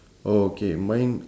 oh K mine